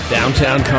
Downtown